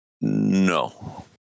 No